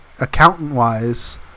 Accountant-wise